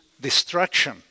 destruction